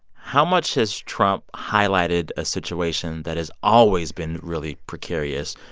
how much has trump highlighted a situation that has always been really precarious?